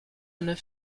neuf